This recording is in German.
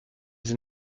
sie